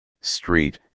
street